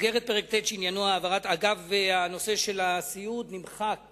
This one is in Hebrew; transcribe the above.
אגב, נושא הסיעוד נמחק